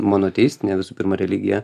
monoteistinė visų pirma religija